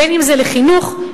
אם לחינוך,